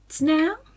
now